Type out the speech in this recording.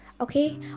Okay